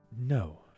no